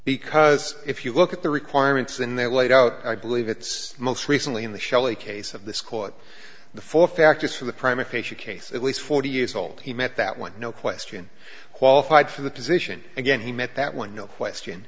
because if you look at the requirements and that laid out i believe it's most recently in the shelly case of this court the four factors for the prime aphasia case at least forty years old he met that one no question qualified for the position again he met that one no question